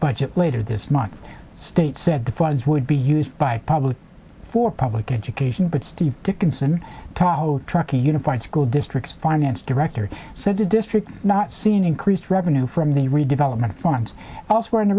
budget later this month the state said the funds would be used by public for public education but steve dickinson talo trucking unified school district finance director said the district not seen increased revenue from the redevelopment forms also in the